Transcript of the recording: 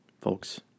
folks